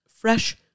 fresh